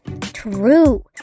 True